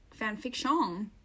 fanfiction